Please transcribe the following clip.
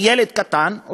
כילד קטן,